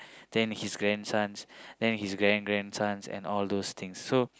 then his grandsons then his grand grandsons and all those things so